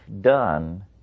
done